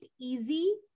easy